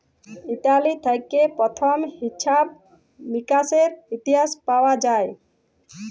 Italy থেক্যে প্রথম হিছাব মিকাশের ইতিহাস পাওয়া যায়